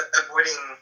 avoiding